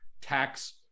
tax